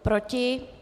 Proti?